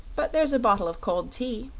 but there's a bottle of cold tea.